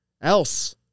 else